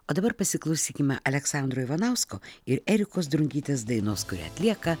o dabar pasiklausykime aleksandro ivanausko ir erikos drungytės dainos kurią atlieka